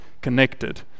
connected